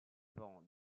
parents